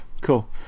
cool